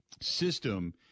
system